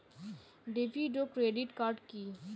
David ও credit card কি?